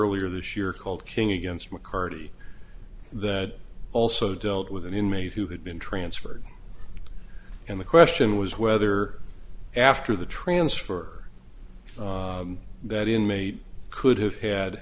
earlier this year called king against mccarty that also dealt with an inmate who had been transferred and the question was whether after the transfer that inmate could have had